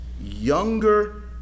younger